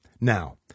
Now